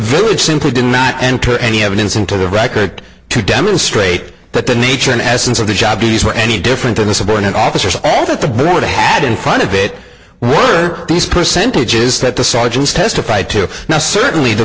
village simply did not enter any evidence into the record to demonstrate that the nature an essence of the job these were any different than the subordinate officers that the board had in front of it were these percentages that the sergeants testified to now certainly the